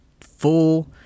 full